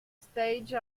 stage